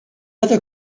other